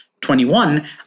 21